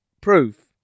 proof